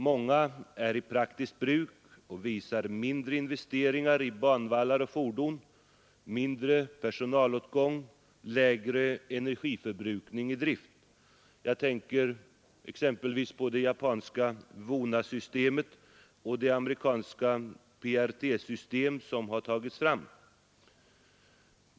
Många är i praktiskt bruk och visar mindre investeringar i banvallar och fordon, mindre personalåtgång och lägre energiförbrukning i drift. Jag tänker exempelvis på det japanska VONA-systemet och det amerikanska PRT-systemet.